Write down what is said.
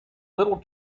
little